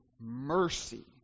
mercy